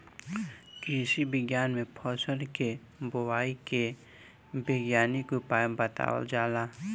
कृषि विज्ञान में फसल के बोआई के वैज्ञानिक उपाय बतावल जाला